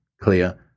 clear